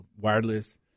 wireless